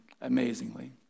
amazingly